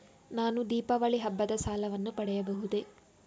ನಾನು ದೀಪಾವಳಿ ಹಬ್ಬದ ಸಾಲವನ್ನು ಪಡೆಯಬಹುದೇ?